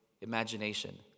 Imagination